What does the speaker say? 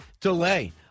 Delay